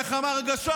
איך אמר הגשש?